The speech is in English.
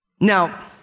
Now